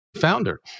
founder